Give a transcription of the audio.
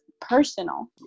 personal